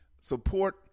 support